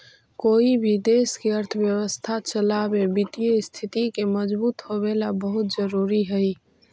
कोई भी देश के अर्थव्यवस्था चलावे वित्तीय स्थिति के मजबूत होवेला बहुत जरूरी हइ